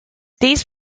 these